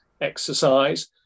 exercise